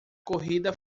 corrida